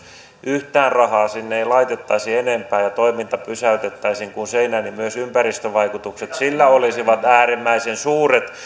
yhtään rahaa sinne ei laitettaisi enempää ja toiminta pysäytettäisiin kuin seinään niin myös ympäristövaikutukset sillä olisivat äärimmäisen suuret